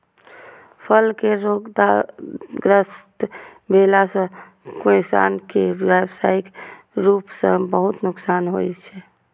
फल केर रोगग्रस्त भेला सं किसान कें व्यावसायिक रूप सं बहुत नुकसान होइ छै